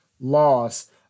loss